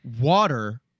Water